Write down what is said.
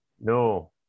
no